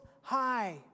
high